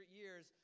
years